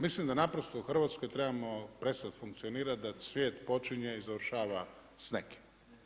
Mislim da naprosto u Hrvatskoj trebamo prestati funkcionirati da svijet počinje i završava s nekim.